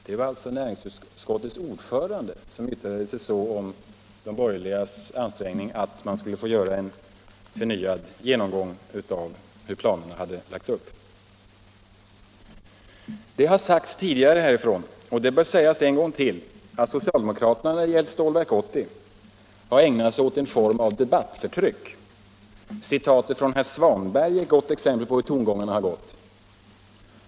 Det var alltså näringsutskottets ordförande som yttrade sig så om de borgerligas ansträngningar att man skulle få göra en förnyad genomgång av planerna. Det har sagts tidigare härifrån — och det bör sägas en gång till — att socialdemokraterna när det gällt Stålverk 80 ägnat sig åt en form av debattförtryck. Citatet från herr Svanberg är ett gott exempel på hur tongångarna gått.